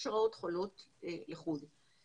יש רעות חולות לחוד.